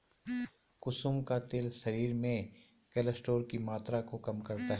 कुसुम का तेल शरीर में कोलेस्ट्रोल की मात्रा को कम करता है